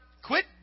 Quit